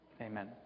Amen